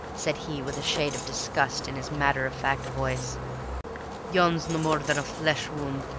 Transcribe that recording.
said he, with a shade of disgust in his matter-of-fact voice yon's no more than a flesh-wound,